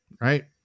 right